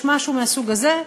יש משהו מהסוג הזה,